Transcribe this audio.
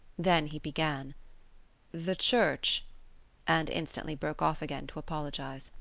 then he began the church and instantly broke off again to apologise.